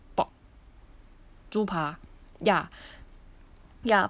pork 猪扒 ya ya